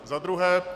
Za druhé.